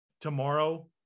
tomorrow